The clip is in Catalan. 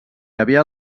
havia